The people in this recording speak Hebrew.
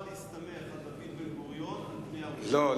להסתמך על דוד בן-גוריון על פני האו"ם.